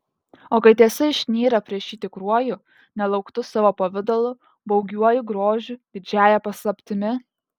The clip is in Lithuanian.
o kai tiesa išnyra prieš jį tikruoju nelauktu savo pavidalu baugiuoju grožiu didžiąja paslaptimi